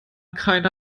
keine